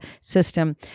system